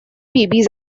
babies